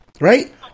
right